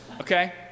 Okay